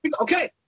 Okay